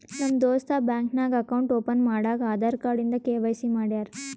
ನಮ್ ದೋಸ್ತ ಬ್ಯಾಂಕ್ ನಾಗ್ ಅಕೌಂಟ್ ಓಪನ್ ಮಾಡಾಗ್ ಆಧಾರ್ ಕಾರ್ಡ್ ಇಂದ ಕೆ.ವೈ.ಸಿ ಮಾಡ್ಯಾರ್